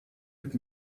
mit